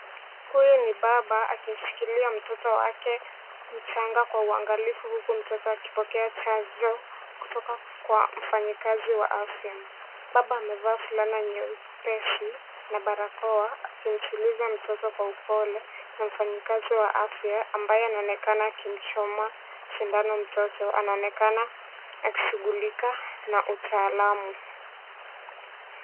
Huyu ni baba akimshikilia mtoto wake mchanga kwa uangalifu huku akipokea chanjo kutoka kwa mfanyikazi wa afya, baba amevaa fulana nyeupe shati na barakoa akimtingiza mtoto kwa upole na mfanyikazi wa afya ambaye anaonekana akimchoma sindano mtoto anaonekana akishughulika na utaalamu.